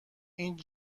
این